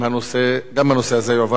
גם הנושא הזה יועבר לוועדת הכספים.